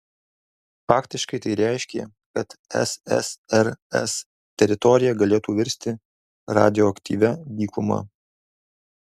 faktiškai tai reiškė kad ssrs teritorija galėtų virsti radioaktyvia dykuma